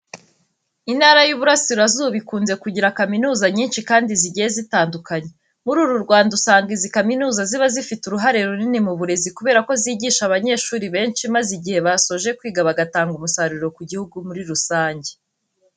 Intara y'Iburasirazuba ikunze kugira kaminuza nyinshi kandi zigiye zitandukanye. Muri uru Rwanda usanga izi kaminuza ziba zifite uruhare runini mu burezi kubera ko zigisha abanyeshuri benshi maze igihe basoje kwiga bagatanga umusaruro ku gihugu muri rusange.